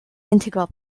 integral